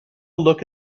look